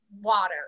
water